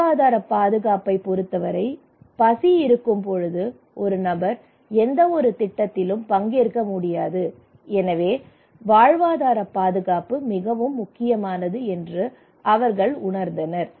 வாழ்வாதார பாதுகாப்பைப் பொறுத்தவரை பசி இருக்கும் போது ஒரு நபர் எந்தவொரு திட்டத்திலும் பங்கேற்க முடியாது எனவே வாழ்வாதார பாதுகாப்பு மிகவும் முக்கியமானது என்று அவர்கள் உணர்ந்தனர்